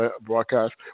broadcast